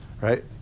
right